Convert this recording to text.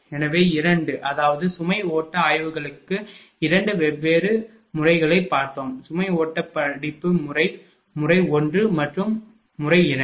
எனவே 2 அதாவது சுமை ஓட்ட ஆய்வுகளுக்கு 2 வெவ்வேறு 2 வெவ்வேறு முறைகளைப் பார்த்தோம் சுமை ஓட்டப் படிப்பு முறை முறை 1 மற்றும் முறை 2